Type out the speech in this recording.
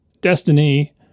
Destiny